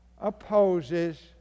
opposes